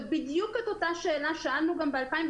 בדיוק את אותה שאלה שאלנו גם ב-2018,